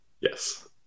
Yes